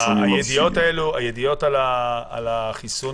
הידיעות על החיסון